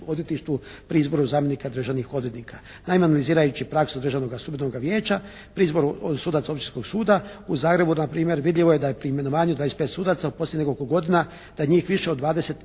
odvjetništvu pri izboru zamjenika državnih odvjetnika. … /Govornik se ne razumije./ … praksu Državno ga sudbenoga vijeća pri izboru sudaca Općinskoga suda u Zagrebu npr. vidljivo je da je pri imenovanju 25 sudaca u posljednjih nekoliko godina da je njih više od 20